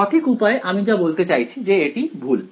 সঠিক উপায় আমি যা বলতে চাইছি যে এটি ভুল